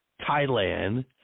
Thailand